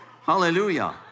Hallelujah